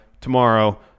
tomorrow